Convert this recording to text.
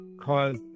cause